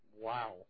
Wow